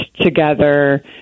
together